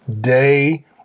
day